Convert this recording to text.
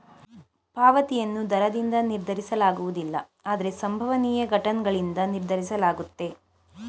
ಪಾವತಿಯನ್ನು ದರದಿಂದ ನಿರ್ಧರಿಸಲಾಗುವುದಿಲ್ಲ ಆದ್ರೆ ಸಂಭವನೀಯ ಘಟನ್ಗಳಿಂದ ನಿರ್ಧರಿಸಲಾಗುತ್ತೆ